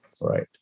Right